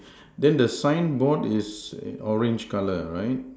then the sign board is orange colour right